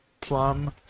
plum